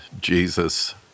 Jesus